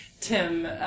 Tim